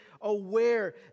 aware